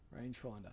rangefinder